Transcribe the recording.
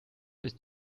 ist